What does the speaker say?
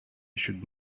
should